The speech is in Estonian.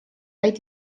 vaid